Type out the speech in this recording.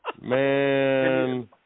Man